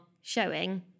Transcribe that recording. showing